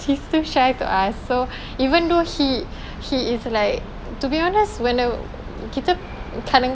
he's too shy to ask so even though he he is like to be honest when I